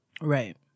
Right